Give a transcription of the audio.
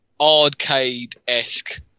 arcade-esque